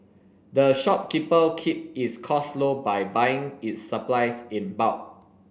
the shopkeeper keep its costs low by buying its supplies in bulk